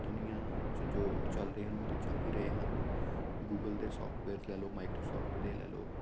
ਦੁਨੀਆਂ 'ਚ ਜੋ ਚੱਲ ਰਹੇ ਹਨ ਉਹ ਤਾਂ ਚੱਲ ਹੀ ਰਹੇ ਹਨ ਗੂਗਲ ਦੇ ਸੋਫਟਵੇਅਰ ਲੈ ਲਓ ਮਾਈਕ੍ਰੋਸਾਫਟ ਦੇ ਲੈ ਲਓ